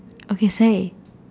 okay say